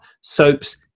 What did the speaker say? Soaps